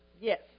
Yes